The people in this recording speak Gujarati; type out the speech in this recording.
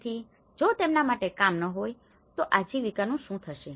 તેથી જો તેમના માટે કામ ન હોય તો તેની આજીવિકાનું શું થશે